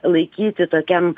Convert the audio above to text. laikyti tokiam